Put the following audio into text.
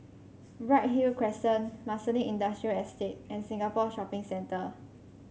Bright Hill Crescent Marsiling Industrial Estate and Singapore Shopping Centre